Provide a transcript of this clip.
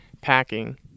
packing